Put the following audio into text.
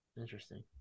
Interesting